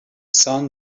sun